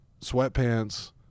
sweatpants